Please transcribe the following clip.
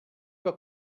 que